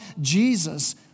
Jesus